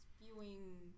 spewing